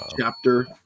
Chapter